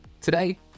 Today